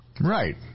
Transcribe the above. Right